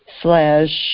slash